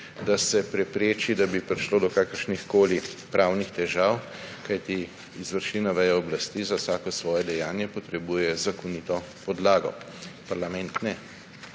da se prepreči, da bi prišlo do kakršnihkoli pravnih težav. Kajti izvršilna veja oblasti za vsako svoje dejanje potrebuje zakonito podlago. Parlament ne,